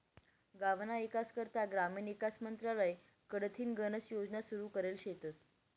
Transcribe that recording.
गावना ईकास करता ग्रामीण ईकास मंत्रालय कडथीन गनच योजना सुरू करेल शेतस